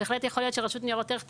בהחלט יכול להיות שרשות ניירות ערך תגיד: